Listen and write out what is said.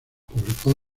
publicó